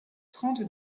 trente